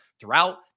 throughout